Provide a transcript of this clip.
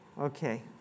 Okay